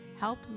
help